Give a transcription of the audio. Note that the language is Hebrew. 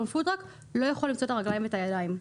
פוד-טראק לא יכול למצוא את הרגליים ואת הידיים,